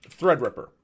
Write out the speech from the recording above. Threadripper